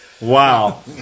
Wow